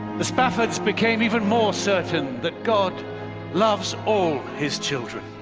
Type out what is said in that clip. the spafford's became even more certain that god loves all his children,